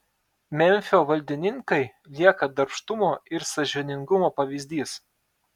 memfio valdininkai lieka darbštumo ir sąžiningumo pavyzdys